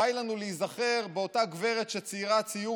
די לנו להיזכר באותה גברת שציירה ציור